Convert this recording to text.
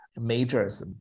majors